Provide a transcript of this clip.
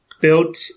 built